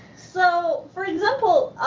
so for example